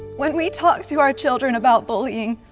when we talk to our children about bullying,